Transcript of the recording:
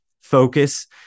Focus